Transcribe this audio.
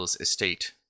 estate